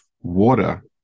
water